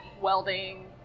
welding